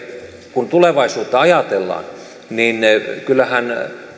kun tulevaisuutta ajatellaan niin kyllähän